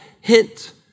hint